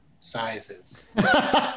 sizes